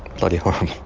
bloody horrible.